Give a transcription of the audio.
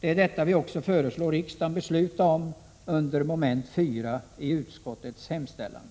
Det är också detta vi föreslår att riksdagen skall besluta om under moment 4 i utskottets hemställan.